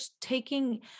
taking